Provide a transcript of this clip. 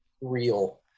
real